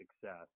success